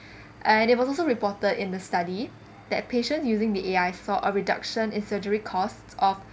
and it was also reported in the study that patient using the A_I saw a reduction in surgery costs of